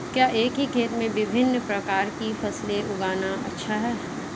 क्या एक ही खेत में विभिन्न प्रकार की फसलें उगाना अच्छा है?